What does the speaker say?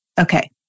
Okay